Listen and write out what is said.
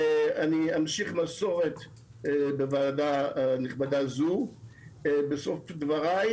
אני אמשיך מסורת בוועדה נכבדה זו בסוף דבריי,